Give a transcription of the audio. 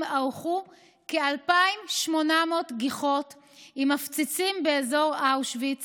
ערכו כ-2,800 גיחות עם מפציצים באזור אושוויץ